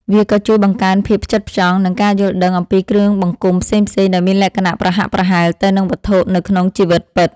វាក៏ជួយបង្កើនភាពផ្ចិតផ្ចង់ និងការយល់ដឹងអំពីគ្រឿងបង្គុំផ្សេងៗដែលមានលក្ខណៈប្រហាក់ប្រហែលទៅនឹងវត្ថុនៅក្នុងជីវិតពិត។